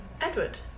Edward